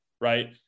right